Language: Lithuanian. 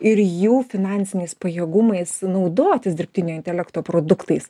ir jų finansiniais pajėgumais naudotis dirbtinio intelekto produktais